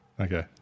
Okay